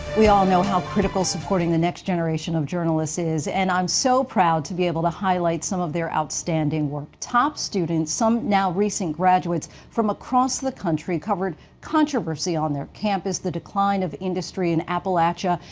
we all know how critical supporting the next generation of journalists is and i'm so proud to be able to highlight some of their outstanding work. top students some now recent graduates from across the country covered controversy on their campus, the decline of industry in appalachia,